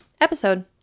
episode